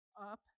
Up